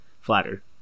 flattered